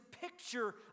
picture